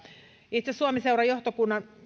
itse suomi seuran johtokunnan